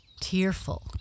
Tearful